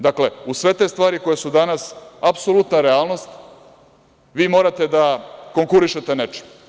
Dakle, uz sve te stvari koje su danas apsolutna realnost vi morate da konkurišete nečim.